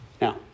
Now